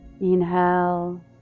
Inhale